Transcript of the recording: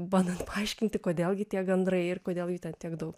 bandant paaiškinti kodėl gi tie gandrai ir kodėl jų ten tiek daug